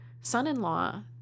son-in-law